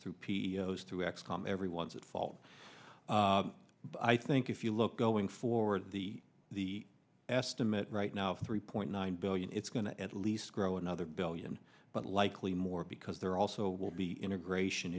through p e o's two x com everyone's at fault i think if you look going forward the the estimate right now three point nine billion it's going to at least grow another billion but likely more because there are also will be integration